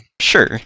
Sure